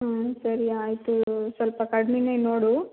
ಹ್ಞೂ ಸರಿ ಆಯಿತು ಸ್ವಲ್ಪ ಕಡ್ಮೆನೆ ನೋಡು